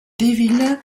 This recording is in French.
devils